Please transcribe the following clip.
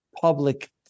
public